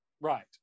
Right